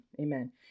Amen